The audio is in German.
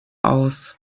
aus